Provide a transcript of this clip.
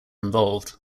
involved